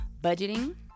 budgeting